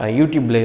YouTube